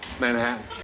Manhattan